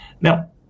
Now